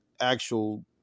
actual